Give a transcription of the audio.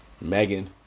Megan